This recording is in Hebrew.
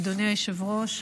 אדוני היושב-ראש,